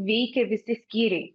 veikia visi skyriai